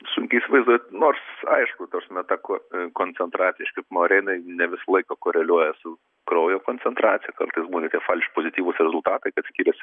sunkiai įsivaizduoju nors aišku ta prasme ta ko koncentracija reiškia ore jinai ne visą laiką koreliuoja su kraujo koncentracija kartais būna tie falš pozityvūs rezultatai kad skiriasi